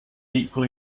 equal